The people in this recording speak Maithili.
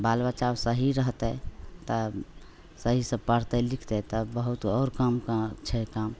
बाल बच्चा सही रहतै तऽ सही से पढ़तै लिखतै तब बहुत आओर काम छै काम